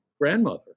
grandmother